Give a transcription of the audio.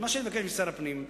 אז מה שאני מבקש משר הפנים,